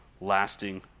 lasting